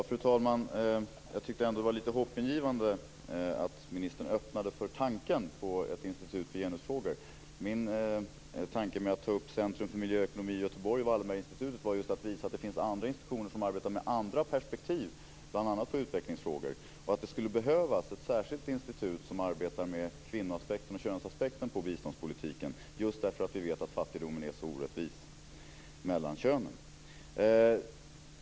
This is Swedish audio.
Fru talman! Jag tycker att det var lite hoppingivande att ministern öppnade för tanken på ett institut för genusfrågor. Min tanke med att ta upp Centrum för Miljöekonomi i Göteborg och Wallenberginstitutet var att visa att det finns institutioner som arbetar med andra perspektiv bl.a. på utvecklingsfrågor men att det skulle behövas ett särskilt institut som arbetar med kvinno och könsaspekten på biståndspolitiken, eftersom vi vet att fattigdomen är så orättvist fördelad mellan könen.